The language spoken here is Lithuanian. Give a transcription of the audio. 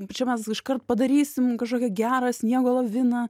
čia mes iškart padarysim kažkokią gerą sniego laviną